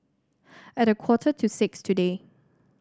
at a quarter to six today